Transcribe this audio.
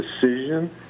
decision